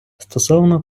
стосовно